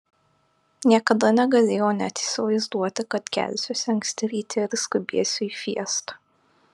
niekada negalėjau net įsivaizduoti kad kelsiuosi anksti ryte ir skubėsiu į fiestą